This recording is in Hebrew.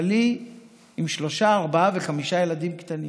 אבל היא עם שלושה, ארבעה וחמישה ילדים קטנים.